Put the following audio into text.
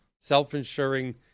Self-insuring